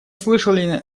слышали